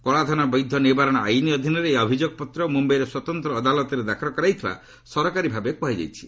କଳାଧନ ବୈଧ ନିବାରଣ ଆଇନ୍ ଅଧୀନରେ ଏହି ଅଭିଯୋଗପତ୍ର ମୁମ୍ଭାଇର ସ୍ୱତନ୍ତ ଅଦାଲତରେ ଦାଖଲ କରାଯାଇଥିବା ସରକାରୀ ଭାବେ କୁହାଯାଇଛି